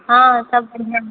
हँ सब बढ़आँ छै